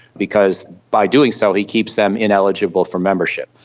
because by doing so he keeps them ineligible for membership.